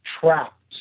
trapped